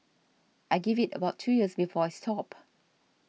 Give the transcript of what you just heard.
I give it about two years before I stop